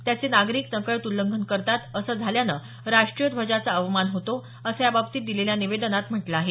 त्याचे नागरिक नकळत उल्लंघन करतात असं झाल्यानं राष्ट्रीय ध्वजाचा अवमान होतो असं याबाबतीत दिलेल्या निवेदनात म्हटलं आहे